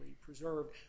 preserved